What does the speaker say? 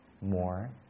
more